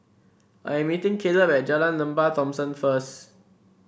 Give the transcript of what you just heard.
I am meeting Kaleb at Jalan Lembah Thomson first